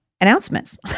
announcements